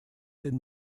den